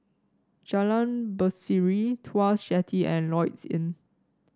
Jalan Berseri Tuas Jetty and Lloyds Inn